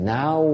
now